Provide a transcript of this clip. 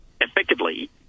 effectively